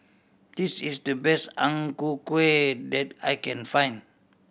this is the best Ang Ku Kueh that I can find